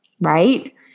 Right